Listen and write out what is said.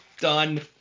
Done